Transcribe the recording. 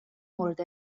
مورد